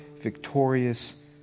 victorious